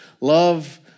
Love